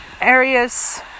areas